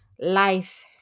life